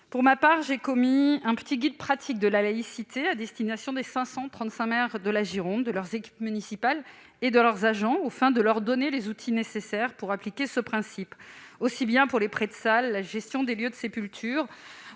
Pour ma part, j'ai rédigé un petit guide pratique de la laïcité à destination des 535 maires de la Gironde, de leurs équipes municipales et de leurs agents afin de leur donner les outils nécessaires pour appliquer ce principe, que ce soit pour les prêts de salles, la gestion des lieux de sépulture